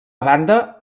banda